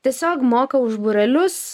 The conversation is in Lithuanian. tiesiog moka už būrelius